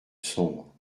sombre